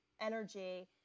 energy –